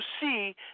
see